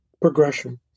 progression